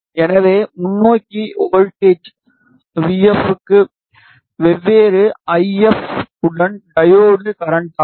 எனவே முன்னோக்கி voltage V F க்கு வெவ்வேறு ஐ எப் உடன் டையோடு கரண்டாகும்